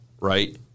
right